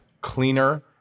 cleaner